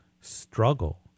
struggle